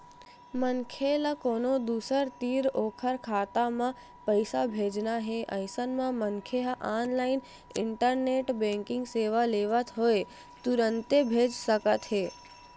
मनखे ल कोनो दूसर तीर ओखर खाता म पइसा भेजना हे अइसन म मनखे ह ऑनलाइन इंटरनेट बेंकिंग सेवा लेवत होय तुरते भेज सकत हे